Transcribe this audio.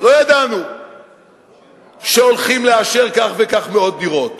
לא ידענו שהולכים לאשר כך וכך מאות דירות.